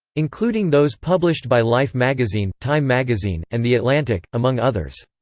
including those published by life magazine, time magazine, and the atlantic, among others.